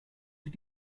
did